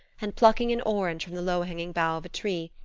and plucking an orange from the low-hanging bough of a tree,